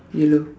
yellow